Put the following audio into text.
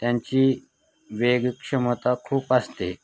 त्यांची वेग क्षमता खूप असते